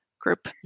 group